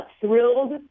thrilled